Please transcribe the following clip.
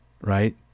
right